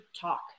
talk